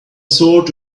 sort